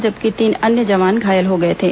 जबकि तीन अन्य जवान घायल हो गए थे